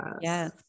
Yes